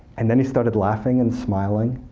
and then he started laughing and smiling.